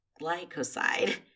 glycoside